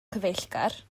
cyfeillgar